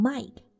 Mike